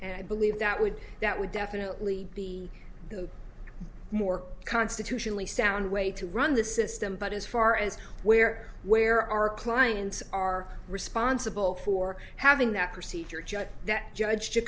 and i believe that would that would definitely be more constitutionally sound way to run the system but as far as where where our clients are responsible for having that procedure judge that judge